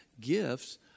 gifts